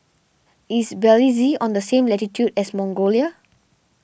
is Belize on the same latitude as Mongolia